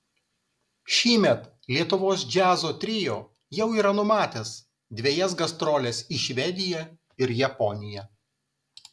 šįmet lietuvos džiazo trio jau yra numatęs dvejas gastroles į švediją ir japoniją